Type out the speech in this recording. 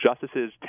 justices